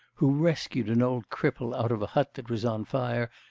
who rescued an old cripple out of a hut that was on fire,